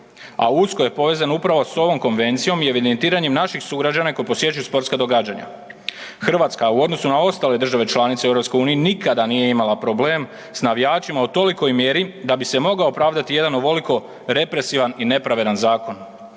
a usko je povezan upravo s ovom konvencijom i evidentiranjem naših sugrađana koji posjećuju sportska događanja. Hrvatska u odnosu na ostale države članice u EU nikada nije imala problem s navijačima u tolikoj mjeri da bi se mogao opravdati jedan ovoliko represivan i nepravedan zakon.